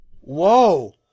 whoa